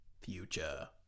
Future